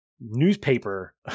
newspaper